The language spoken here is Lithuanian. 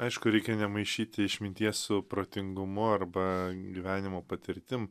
aišku reikia nemaišyti išminties su protingumu arba gyvenimo patirtim